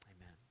Amen